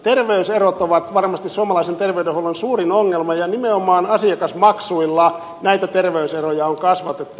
terveyserot ovat varmasti suomalaisen terveydenhuollon suurin ongelma ja nimenomaan asiakasmaksuilla näitä terveyseroja on kasvatettu